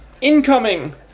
Incoming